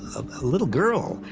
a little girl,